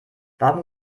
warum